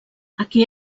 aquí